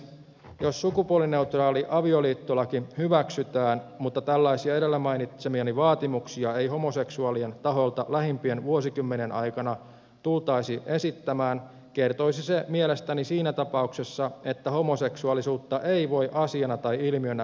jos sukupuolineutraali avioliittolaki hyväksytään mutta tällaisia edellä mainitsemiani vaatimuksia ei homoseksuaalien taholta lähimpien vuosikymmenien aikana tultaisi esittämään kertoisi se mielestäni siinä tapauksessa että homoseksuaalisuutta ei voi asiana tai ilmiönä rinnastaa heteroseksuaalisuuteen